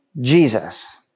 Jesus